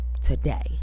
today